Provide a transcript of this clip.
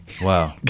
Wow